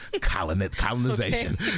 colonization